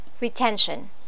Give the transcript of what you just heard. Retention